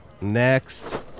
Next